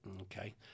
Okay